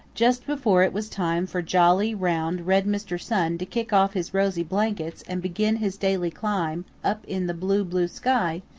just before it was time for jolly, round, red mr. sun to kick off his rosy blankets and begin his daily climb up in the blue, blue sky,